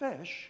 fish